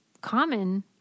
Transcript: common